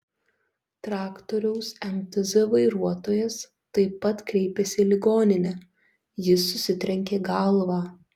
traktoriaus mtz vairuotojas taip pat kreipėsi į ligoninę jis susitrenkė galvą